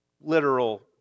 literal